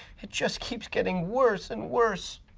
it just keeps getting worse and worse,